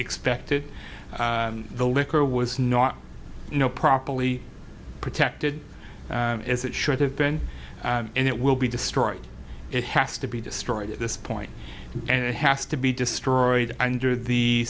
expected the liquor was not properly protected as it should have been and it will be destroyed it has to be destroyed at this point and it has to be destroyed under the